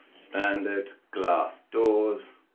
standard glass doors,